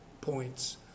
points